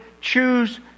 choose